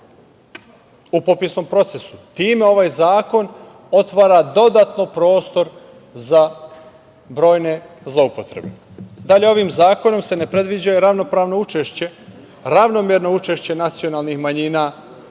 u popisnom procesu. Time ovaj zakon otvara dodatno prostor za brojne zloupotrebe. Ovim zakonom se ne predviđa ravnopravno i ravnomerno učešće nacionalnih manjina